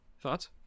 Thoughts